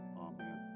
amen